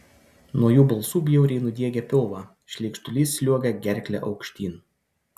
nuo jų balsų bjauriai nudiegia pilvą šleikštulys sliuogia gerkle aukštyn